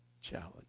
challenge